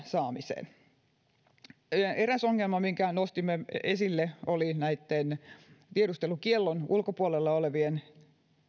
saamiseen eräs ongelma minkä nostimme esille oli näitten tiedustelukiellon ulkopuolella olevien